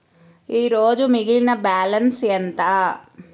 ఈరోజు మిగిలిన బ్యాలెన్స్ ఎంత?